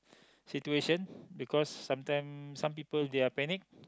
situation because some time some people they are panic